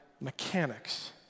mechanics